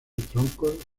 troncos